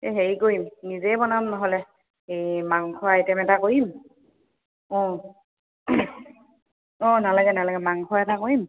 এই হেৰি কৰিম নিজেই বনাম নহ'লে এই মাংস আইটেম এটা কৰিম অঁ অঁ নালাগে নালাগে মাংস এটা কৰিম